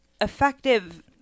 effective